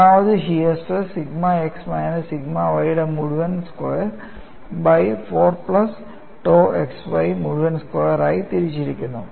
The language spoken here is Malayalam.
പരമാവധി shear stress sigma x minus sigma y യുടെ മുഴുവൻ square by 4 plus tau xy മുഴുവൻ സ്ക്വയർ ആയി തിരിച്ചിരിക്കുന്നു